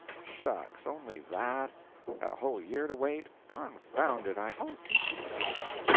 shucks, only that and a whole year to wait! confound it, i oh, do be patient!